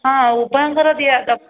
ହଁ ଉଭୟଙ୍କର ଦିଆ ଦ